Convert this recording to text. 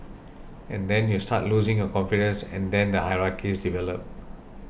and then you start losing your confidence and then the hierarchies develop